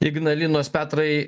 ignalinos petrai